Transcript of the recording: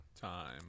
Time